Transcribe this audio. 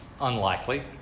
unlikely